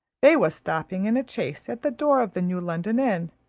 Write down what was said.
they was stopping in a chaise at the door of the new london inn,